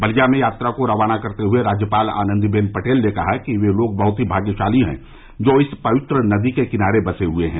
बलिया में यात्रा को रवाना करते हए राज्यपाल आनंदी बेन पटेल ने कहा कि वे लोग बहत ही भाग्यशाली हैं जो इस पवित्र नदी के किनारे बसे हए हैं